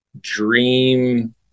dream